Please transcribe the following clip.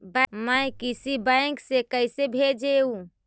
मैं किसी बैंक से कैसे भेजेऊ